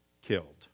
killed